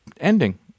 ending